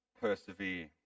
persevere